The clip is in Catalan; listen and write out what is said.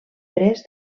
pres